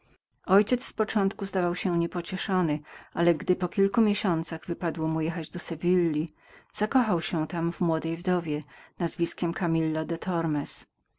ojciec z początku zdawał się niepocieszonym ale gdy po kilku miesiącach wypadło mu jechać do sewilli tamże zakochał się w młodej wdowie nazwiskiem kamilla